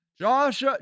Josh